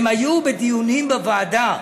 הם היו בדיונים בוועדה.